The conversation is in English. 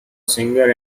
singer